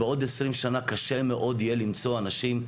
בעוד 20 שנה קשה מאוד יהיה למצוא אנשים,